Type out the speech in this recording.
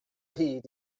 hyd